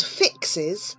fixes